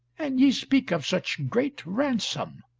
and ye speak of such great ransom.